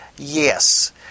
Yes